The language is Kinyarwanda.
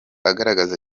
agaragaza